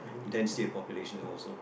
densely a population also